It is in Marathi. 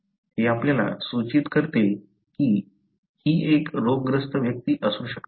हे आपल्याला सूचित करते की ही एक रोगग्रस्त व्यक्ती असू शकते